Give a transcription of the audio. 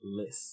list